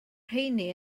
rheiny